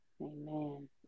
Amen